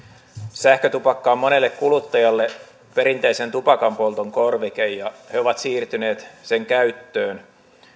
sähkötupakka on monelle kuluttajalle perinteisen tupakanpolton korvike ja he ovat siirtyneet sen käyttöön